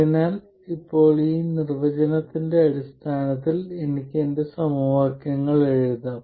അതിനാൽ ഇപ്പോൾ ഈ നിർവചനത്തിന്റെ അടിസ്ഥാനത്തിൽ എനിക്ക് എന്റെ സമവാക്യങ്ങൾ എഴുതാം